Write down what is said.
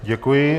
Děkuji.